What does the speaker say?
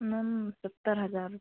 ma'am सत्तर हजार